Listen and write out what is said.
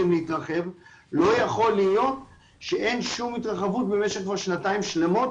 להתרחב ולא יכול להיות שאין שום התרחבות במשך שנתיים שלמות